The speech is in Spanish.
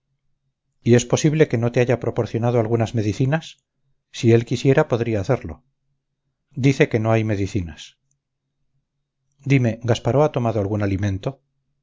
y es posible que no te haya proporcionado algunas medicinas si él quisiera podría hacerlo dice que no hay medicinas dime gasparó ha tomado algún alimento